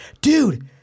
dude